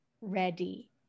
ready